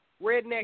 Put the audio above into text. Redneck